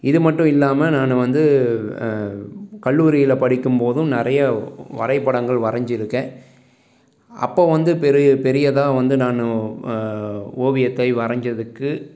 இது மட்டும் இல்லாமல் நான் வந்து கல்லூரியில் படிக்கும் போதும் நிறைய வரைபடங்கள் வரைஞ்சிருக்கேன் அப்போ வந்து பெரிய பெரியதாக வந்து நான் ஓவியத்தை வரைஞ்சதுக்கு